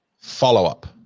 follow-up